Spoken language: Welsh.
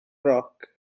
roc